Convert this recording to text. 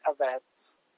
events